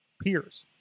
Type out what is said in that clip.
peers